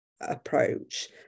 approach